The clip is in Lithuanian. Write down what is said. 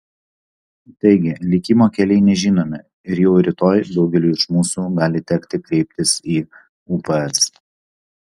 taigi likimo keliai nežinomi ir jau rytoj daugeliui iš mūsų gali tekti kreiptis į ups